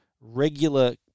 regular